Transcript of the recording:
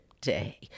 Day